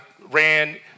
ran